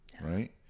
right